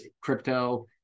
crypto